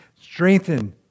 strengthen